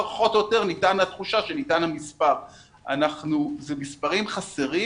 אלה מספרים חסרים